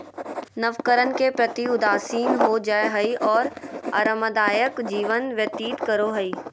नवकरण के प्रति उदासीन हो जाय हइ और आरामदायक जीवन व्यतीत करो हइ